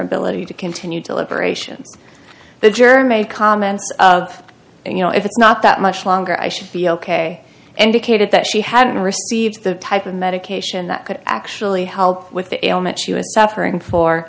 ability to continue deliberations the jury made comments of you know if it's not that much longer i should be ok and decayed and that she hadn't received the type of medication that could actually help with the ailment she was suffering for